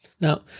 Now